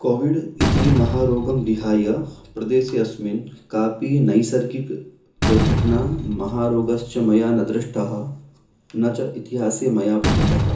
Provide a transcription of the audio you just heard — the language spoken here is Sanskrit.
कोविड् इति महारोगं विहाय प्रदेशे अस्मिन् कापि नैसर्गिक दुर्घटना महारोगश्च मया न दृष्टः न च इतिहासे मया पठितः